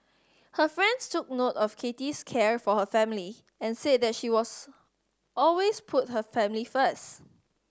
her friends took note of Kathy's care for her family and said that she was always put her family first